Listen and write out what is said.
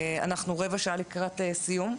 אנחנו רבע שעה לקראת סיום,